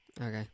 Okay